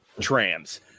trams